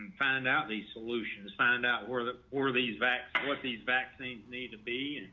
find and out these solutions, find out where the for these vax what these vaccines need to be.